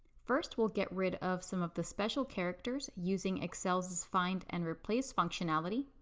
first, we'll get rid of some of the special characters using excel's find and replace functionality.